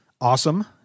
Awesome